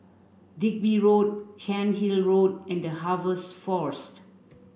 Digby Road Cairnhill Road and The Harvest Force